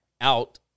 out